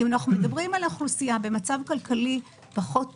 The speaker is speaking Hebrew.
אם אנחנו מדברים על אוכלוסייה במצב כלכלי פחות טוב,